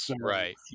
Right